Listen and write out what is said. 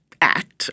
act